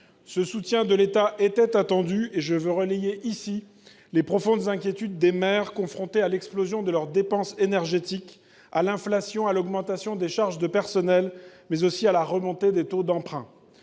Ce soutien de l’État était attendu, et je veux relayer ici les profondes inquiétudes des maires confrontés à l’explosion de leurs dépenses d’énergie, à l’inflation, à l’augmentation des charges de personnel, mais aussi à la remontée des taux d’emprunt.